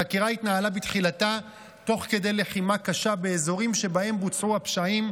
החקירה התנהלה בתחילתה תוך כדי לחימה קשה באזורים שבהם בוצעו הפשעים,